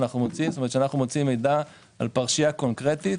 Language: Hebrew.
כשאנחנו מוצאים מידע על פרשייה קונקרטית,